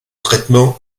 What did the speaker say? traitement